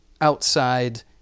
outside